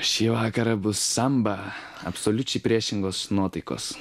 šį vakarą bus samba absoliučiai priešingos nuotaikos